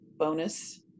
bonus